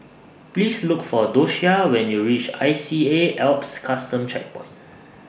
Please Look For Doshia when YOU REACH I C A Alps Custom Checkpoint